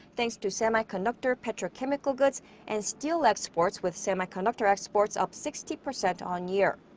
thanks to semiconductor, petrochemical goods and steel exports, with semiconductor exports up sixty percent on-year.